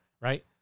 right